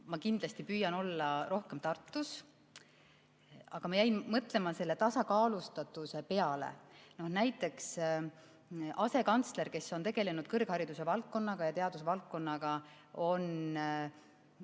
Ma kindlasti püüan olla rohkem Tartus. Aga ma jäin mõtlema selle tasakaalustatuse peale. Näiteks asekantsleriks, kes on tegelenud kõrghariduse valdkonnaga ja teadusvaldkonnaga, on